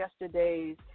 yesterdays